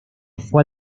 fue